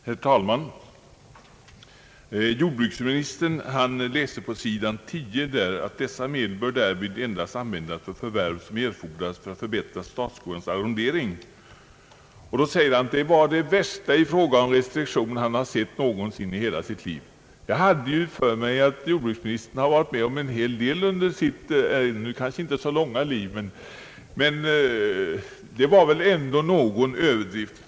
Herr talman! Jordbruksministern läste på s. 10 i utlåtandet, där det står: »Dessa medel bör därvid endast an vändas för förvärv som erfordras för att förbättra statsskogarnas arrondering.» Han säger att det var det värsta i fråga om restriktion han sett i hela sitt liv. Jag hade för mig att jordbruksministern varit med om en hel del under sitt ganska långa liv, så detta var väl ändå någon överdrift.